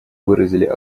выразили